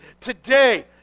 Today